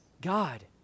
God